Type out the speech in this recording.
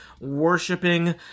worshipping